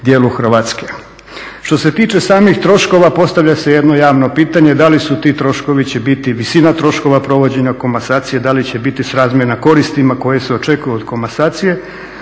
dijelu Hrvatske. Što se tiče samih troškova postavlja se jedno javno pitanje, da li su ti troškovi, visina troškova provođenja komasacije, da li će biti razmjerna koristima koje se očekuju od komasacije,